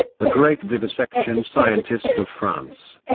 the great vivisection scientist of france.